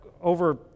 over